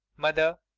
mother,